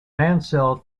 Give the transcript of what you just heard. mansell